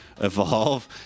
evolve